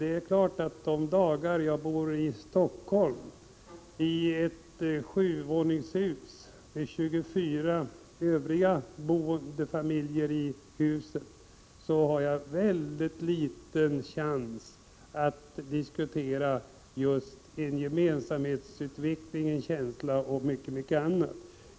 De dagar när jag bor i Helsingfors, i ett sjuvåningshus med 24 övriga familjer, har jag däremot ganska liten chans att där diskutera just en utveckling av gemensamhetskänsla m.m.